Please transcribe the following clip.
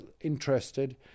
interested